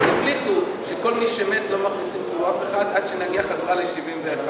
והם החליטו שכל מי שמת לא מכניסים במקומו אף אחד עד שנגיע חזרה ל-71.